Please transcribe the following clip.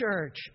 church